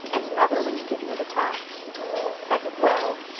and another when you get near the top pack it well,